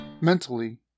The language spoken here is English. mentally